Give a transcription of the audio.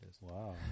Wow